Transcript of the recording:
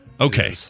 Okay